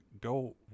go